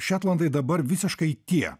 šetlandai dabar visiškai tie